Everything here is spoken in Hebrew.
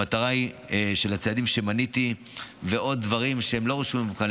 המטרה של הצעדים שמניתי ועוד דברים שלא רשומים כאן,